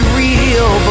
real